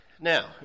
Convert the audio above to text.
Now